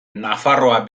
nafarroa